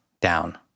down